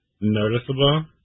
noticeable